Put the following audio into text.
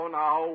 now